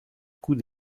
coup